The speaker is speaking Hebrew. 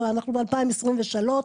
אנחנו ב-2023,